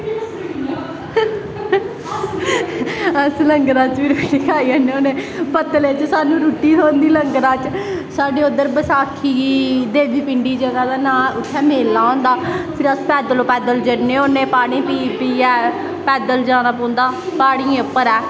अस लंगरा च बी रुट्टी खाई आने होन्ने पत्तलें च स्हानू रुट्टी थ्होंदी लंगरा च साढ़े उध्दर बसाखी गी देवी पिंडी जगह दा नांऽ उत्थें मेला होंदा फिर अस पैद्लो पैद्दल जन्ने होन्ने पानी पी पीयैै पैद्दल जाना पौंदा प्हाड़ियां उप्पर ऐ